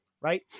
right